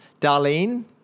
Darlene